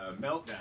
meltdown